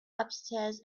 upstairs